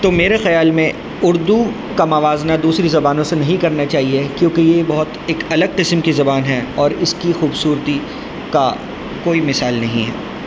تو میرے خیال میں اردو کا موازنہ دوسری زبانوں سے نہیں کرنا چاہیے کیونکہ یہ بہت ایک الگ قسم کی زبان ہے اور اس کی خوبصورتی کا کوئی مثال نہیں ہے